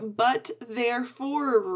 but-therefore